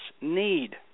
need